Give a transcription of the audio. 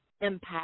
impact